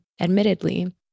admittedly